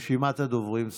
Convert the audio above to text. רשימת הדוברים סגורה.